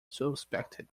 suspected